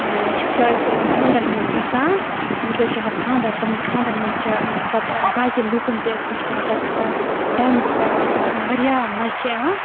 چھِکھ أسۍ خاندرَن منٛز گژھان یَپٲرۍ چھِ آسان خاندَر تِمَن خاندرَن منٛز چھِ پَتہٕ باقٕیَن لوٗکَن تہِ أسۍ پرٛژھان پَتہٕ چھِ تِم ڈانَس کَران کیٚنٛہہ تام واریاہ مَزٕ چھِ یِوان